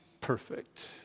perfect